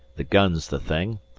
the gun's the thing,